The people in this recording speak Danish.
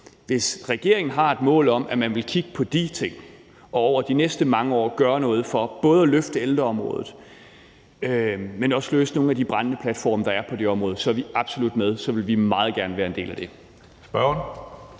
hvis regeringen har et mål om, at man vil kigge på de ting og over de næste mange år gøre noget for både at løfte ældreområdet, men også løse nogle af de brændende platforme, der er på det område, så er vi absolut med; så vil vi meget gerne være en del af det.